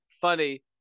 funny